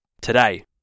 today